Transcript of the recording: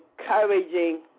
encouraging